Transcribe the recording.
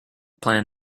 plan